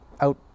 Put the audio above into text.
out